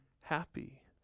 happy